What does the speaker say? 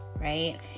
right